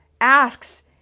asks